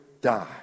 die